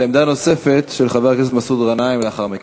ועמדה נוספת של חבר הכנסת מסעוד גנאים לאחר מכן.